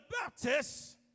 baptist